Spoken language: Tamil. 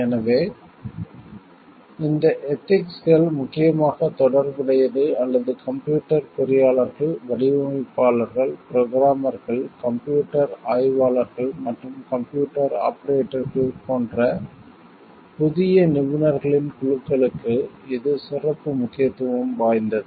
எனவே இந்த எதிக்ஸ்கள் முக்கியமாக தொடர்புடையது அல்லது கம்ப்யூட்டர் பொறியாளர்கள் வடிவமைப்பாளர்கள் புரோகிராமர்கள் கம்ப்யூட்டர் ஆய்வாளர்கள் மற்றும் கம்ப்யூட்டர் ஆபரேட்டர்கள் போன்ற புதிய நிபுணர்களின் குழுக்களுக்கு இது சிறப்பு முக்கியத்துவம் வாய்ந்தது